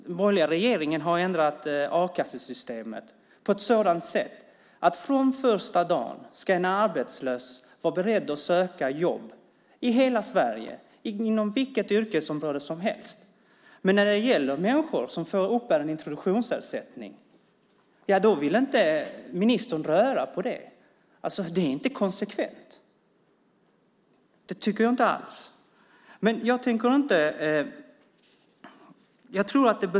Den borgerliga regeringen har ändrat a-kassesystemet på ett sådant sätt att från den första dagen ska en arbetslös vara beredd att söka jobb i hela Sverige inom vilket yrkesområde som helst. Men när det gäller människor som uppbär introduktionsersättning vill inte ministern röra på det. Det är inte konsekvent.